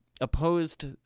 opposed